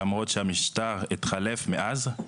למרות שהמשטר התחלף מאז.